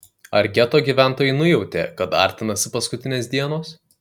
ar geto gyventojai nujautė kad artinasi paskutinės dienos